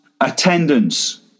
attendance